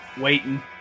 waiting